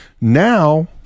Now